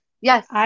yes